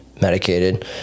medicated